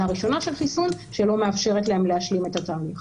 הראשונה של החיסון שלא מאפשרת להם להשלים את התהליך.